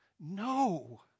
No